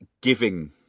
giving